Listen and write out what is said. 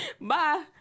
Bye